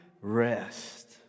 rest